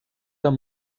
amb